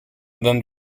than